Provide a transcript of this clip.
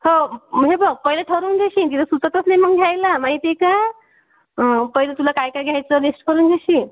हो मग हे बघ पहिले ठरवून घेशील इथं सुचतच नाही मग घायला माहिती आहे का पहिले तुला काय काय घ्यायचं लिस्ट करून घेशील